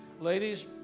Ladies